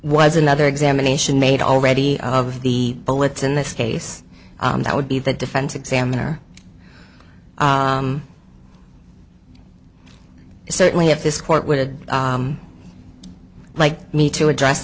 was another examination made already of the bullets in this case and that would be the defense examiner certainly if this court would like me to address